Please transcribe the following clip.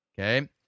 Okay